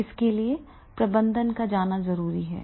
इसके लिए प्रबंधन का जाना जरूरी है